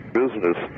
business